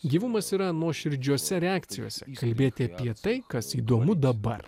gyvumas yra nuoširdžiose reakcijos kalbėti apie tai kas įdomu dabar